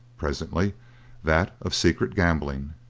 presently that of secret gambling.